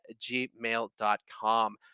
Gmail.com